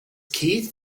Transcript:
keith